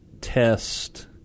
test